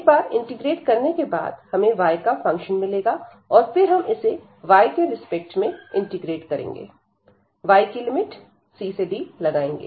एक बार इंटीग्रेट करने के बाद हमें y का फंक्शन मिलेगा और फिर हम इसे y के रिस्पेक्ट में इंटीग्रेट करके y की लिमिट c से d लगाएंगे